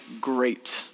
great